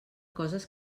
coses